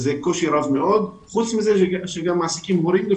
לפעמים מעסיקים גם הורים,